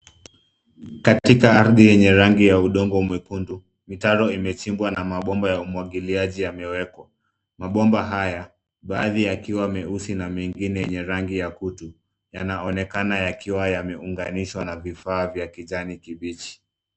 Katika ardhi yenye rangi ya udongo mwekundu, mitaro imechimbwa na mabomba ya umwagiliaji yamewekwa. Mabomba haya, baadhi yakiwa meusi na mengine yenye rangi ya kutu, yanaonekana yakiwa yameuganishwa na vifaa vya kijani kibichi.